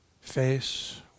face